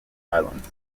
islands